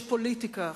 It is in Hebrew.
שיש פוליטיקה אחרת.